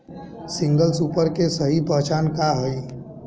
Single super के सही पहचान का हई?